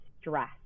stress